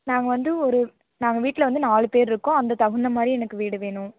நாங்கள் வந்து ஒரு நாங்கள் வீட்டில் வந்து நாலு பேர் இருக்கோம் அந்த தகுந்த மாதிரி எனக்கு வீடு வேணும்